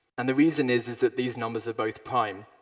and the reason is is that these numbers are both prime.